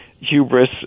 hubris